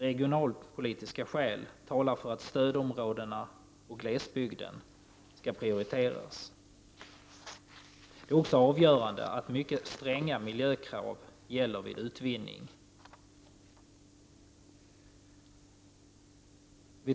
Regionalpolitiska skäl talar för att ssödområdena och glesbygden skall prioriteras. Det är också avgörande att mycket stränga miljökrav gäller vid utvinningen.